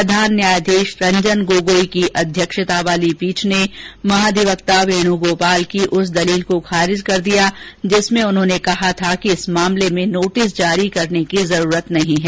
प्रधान न्यायाधीश रंजन गोगोई की अध्यक्षता वाली पीठ ने महाधिवक्ता वेणुगोपाल की उस दलील को खारिज कर दिया जिसमें उन्होंने कहा था कि इस मामले में नोटिस जारी करने की जरूरत नहीं है